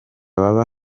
baba